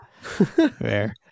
Fair